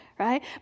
right